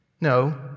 No